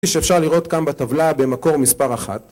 כפי שאפשר לראות כאן בטבלה במקור מספר 1